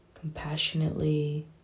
compassionately